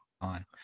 on